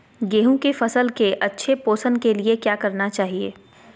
गेंहू की फसल के अच्छे पोषण के लिए क्या करना चाहिए?